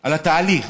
על התהליך.